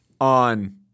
on